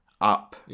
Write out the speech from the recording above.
up